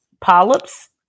polyps